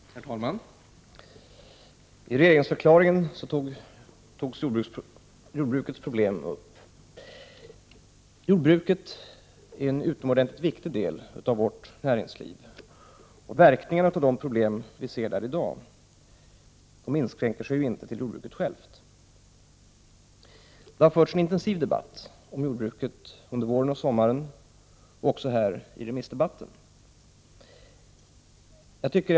Herr talman! I regeringsförklaringen togs jordbrukets problem upp. Jordbruket är en utomordentligt viktig del av vårt näringsliv, och verkningarna av de problem som vi ser där i dag inskränker sig inte till jordbruket självt. Det har förts en intensiv debatt om jordbruket under våren och sommaren och även här i den allmänpolitiska debatten.